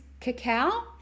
Cacao